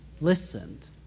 listened